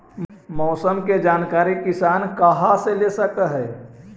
मौसम के जानकारी किसान कहा से ले सकै है?